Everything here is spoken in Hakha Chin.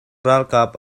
ralkap